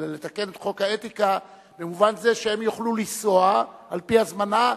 אלא לתקן את חוק האתיקה במובן זה שהם יוכלו לנסוע על-פי הזמנה,